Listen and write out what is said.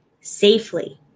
safely